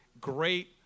great